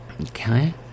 Okay